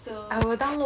so